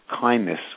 kindness